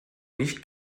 nicht